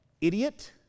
idiot